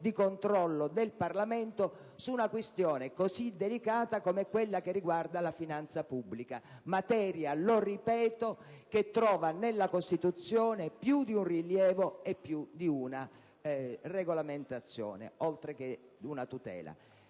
di controllo del Parlamento su una materia tanto delicata come quella della finanza pubblica, materia - lo ripeto - che trova nella Costituzione più di un rilievo e più di una regolamentazione oltre che una tutela.